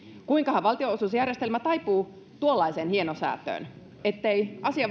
kuinkahan valtionosuusjärjestelmä taipuu tuollaiseen hienosäätöön ettei asia